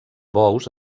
bous